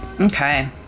Okay